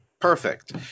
Perfect